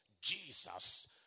Jesus